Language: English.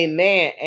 Amen